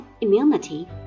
immunity